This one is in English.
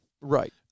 Right